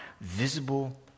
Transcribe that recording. visible